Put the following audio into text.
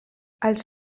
els